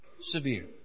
severe